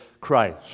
Christ